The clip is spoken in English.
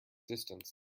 distance